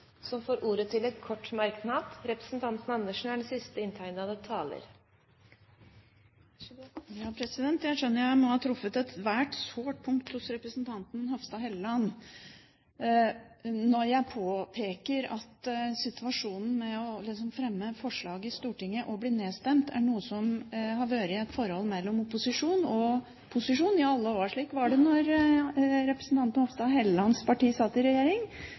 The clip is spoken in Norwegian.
ordet to ganger tidligere og får ordet til en kort merknad, begrenset til 1 minutt. Jeg skjønner at jeg må ha truffet et svært sårt punkt hos representanten Hofstad Helleland, når jeg påpeker at det å fremme forslag i Stortinget og bli nedstemt har vært et forhold mellom opposisjonen og posisjonen i alle år. Slik var det da representanten Hofstad Hellelands parti satt i regjering.